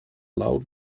loud